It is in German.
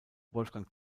wolfgang